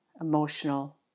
emotional